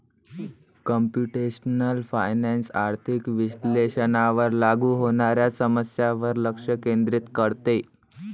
computational finance आर्थिक विश्लेषणावर लागू होणाऱ्या समस्यांवर लक्ष केंद्रित करते